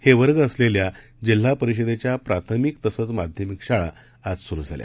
हेवर्गअसलेल्या जिल्हापरिषदेच्याप्राथिमकतसंचमाध्यमिकशाळाआजसुरुझाल्या